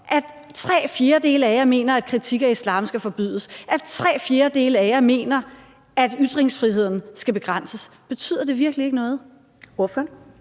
fjerdedele af jer mener, at kritik af islam skal forbydes, at tre fjerdedele af jer mener, at ytringsfriheden skal begrænses? Betyder det virkelig ikke noget? Kl.